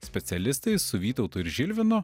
specialistais su vytautu ir žilvinu